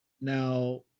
now